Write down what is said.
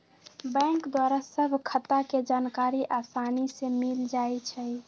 bank द्वारा सभ खता के जानकारी असानी से मिल जाइ छइ